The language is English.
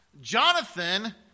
Jonathan